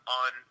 on